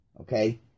Okay